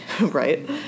Right